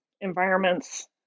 environments